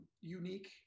unique